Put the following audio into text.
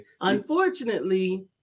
Unfortunately